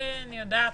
אני יודעת?